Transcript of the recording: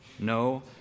No